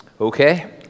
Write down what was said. Okay